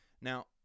now